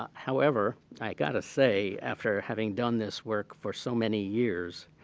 however, i got to say, after having done this work for so many years,